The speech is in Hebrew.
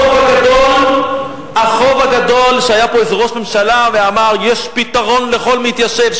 איפה החוב הגדול שהיה פה איזה ראש ממשלה ואמר: יש פתרון לכל מתיישב.